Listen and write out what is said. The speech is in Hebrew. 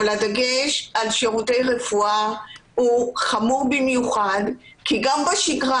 אבל הדגש על שירותי רפואה הוא חמור במיוחד כי גם בשגרה